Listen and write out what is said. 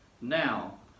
now